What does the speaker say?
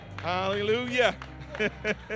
Hallelujah